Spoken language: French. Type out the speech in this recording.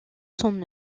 son